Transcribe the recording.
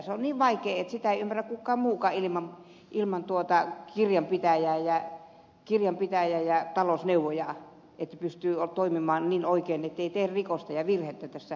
se on niin vaikea että sitä ei ymmärrä kukaan muukaan ilman kirjanpitäjää ja talousneuvojaa niin että pystyy toimimaan niin oikein ettei tee rikosta ja virhettä vaalirahoissa jatkossa